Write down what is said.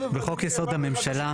95. בחוק יסוד הממשלה,